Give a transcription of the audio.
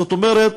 זאת אומרת,